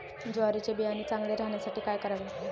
ज्वारीचे बियाणे चांगले राहण्यासाठी काय करावे?